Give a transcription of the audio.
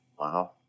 Wow